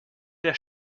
der